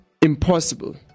impossible